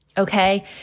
Okay